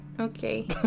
Okay